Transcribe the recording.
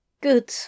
good